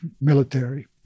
military